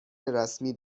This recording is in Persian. رسمی